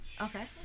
Okay